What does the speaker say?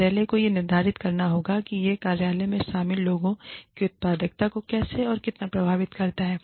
कार्यालय को यह निर्धारित करना होगा कि यह कार्यालय में शामिल लोगों की उत्पादकता को कैसे और कितना प्रभावित करता है